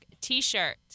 t-shirt